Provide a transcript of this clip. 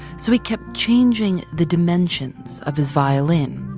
so he kept changing the dimensions of his violin.